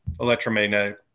electromagnetic